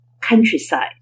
countryside